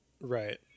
Right